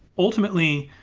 ultimately,